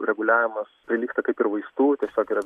reguliavimas prilygsta kaip ir vaistų tiesiog yra